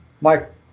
Mike